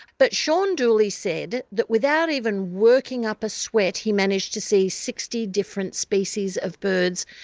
but sean dooley said that without even working up a sweat he managed to see sixty different species of birds,